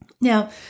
Now